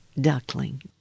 duckling